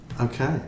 Okay